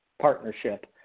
partnership